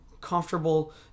comfortable